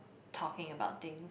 talking about things